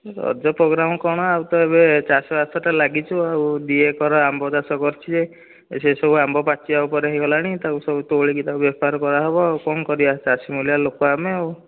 Raja programme କ'ଣ ଆଉ ତ ଏବେ ଚାଷ ବାସ ତ ଲାଗିଛୁ ଆଉ ଦୁଇ ଏକର ଆମ୍ବ ଚାଷ କରିଛି ସେ ସବୁ ଆମ୍ବ ପାଚିବା ଉପରେ ହୋଇଗଲାଣି ତାକୁ ସବୁ ତୋଳିକି ତାକୁ ବେପାର କରାହେବ ଆଉ କ'ଣ କରିବା ଚାଷୀ ମୁଲିଆ ଲୋକ ଆମେ ଆଉ